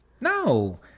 No